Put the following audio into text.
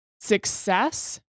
success